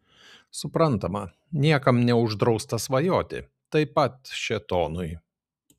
suprantama niekam neuždrausta svajoti taip pat šėtonui